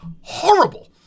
horrible